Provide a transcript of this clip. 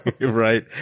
Right